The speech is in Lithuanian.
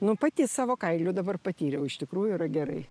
nu pati savo kailiu dabar patyriau iš tikrųjų yra gerai